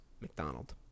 McDonald